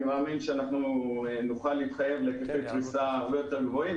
נוכל להתחייב להיקפי פריסה הרבה יותר גדולים.